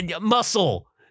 muscle